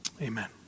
Amen